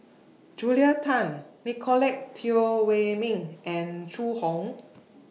Julia Tan Nicolette Teo Wei Min and Zhu Hong